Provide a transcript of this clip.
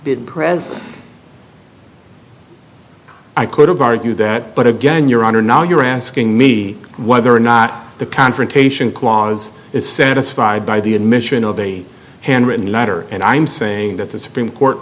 did present i could have argued that but again your honor now you're asking me whether or not the confrontation clause is satisfied by the admission of a handwritten letter and i'm saying that the supreme court